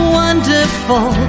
wonderful